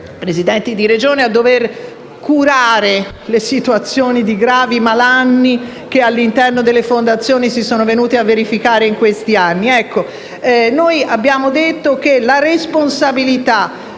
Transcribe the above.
presidenti di Regione a dover curare le gravi situazioni che all'interno delle fondazioni si sono venute a verificare in questi anni. Noi abbiamo detto che la maggior responsabilità